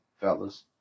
fellas